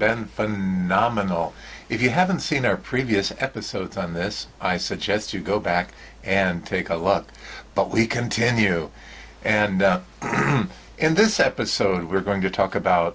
been nominal if you haven't seen our previous episodes on this i suggest you go back and take a look but we continue and in this episode we're going to talk about